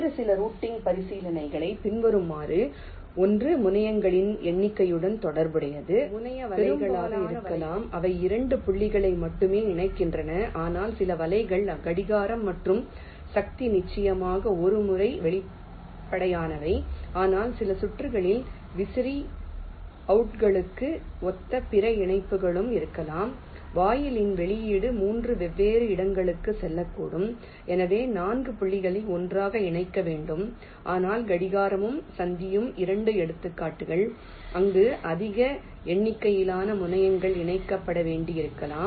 வேறு சில ரூட்டிங் பரிசீலனைகள் பின்வருமாறு ஒன்று முனையங்களின் எண்ணிக்கையுடன் தொடர்புடையது பெரும்பாலான வலைகள் 2 முனைய வலைகளாக இருக்கலாம் அவை 2 புள்ளிகளை மட்டுமே இணைக்கின்றன ஆனால் சில வலைகள் கடிகாரம் மற்றும் சக்தி நிச்சயமாக ஒரு முறை வெளிப்படையானவை ஆனால் சில சுற்றுகளில் விசிறி அவுட்டுகளுக்கு ஒத்த பிற இணைப்புகளும் இருக்கலாம் வாயிலின் வெளியீடு 3 வெவ்வேறு இடங்களுக்குச் செல்லக்கூடும் எனவே 4 புள்ளிகளை ஒன்றாக இணைக்க வேண்டும் ஆனால் கடிகாரமும் சக்தியும் 2 எடுத்துக்காட்டுகள் அங்கு அதிக எண்ணிக்கையிலான முனையங்கள் இணைக்கப்பட வேண்டியிருக்கலாம்